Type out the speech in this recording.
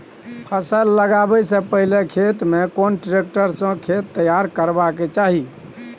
फसल लगाबै स पहिले खेत में कोन ट्रैक्टर स खेत तैयार करबा के चाही?